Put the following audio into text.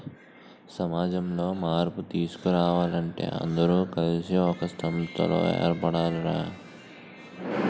సమాజంలో మార్పు తీసుకురావాలంటే అందరూ కలిసి ఒక సంస్థలా ఏర్పడాలి రా